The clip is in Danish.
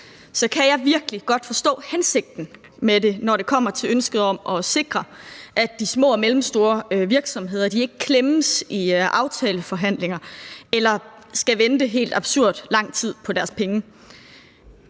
at jeg virkelig godt kan forstå hensigten med det, når det kommer til ønsket om at sikre, at de små og mellemstore virksomheder ikke klemmes i aftaleforhandlinger eller skal vente helt absurd lang tid på deres penge.